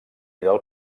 del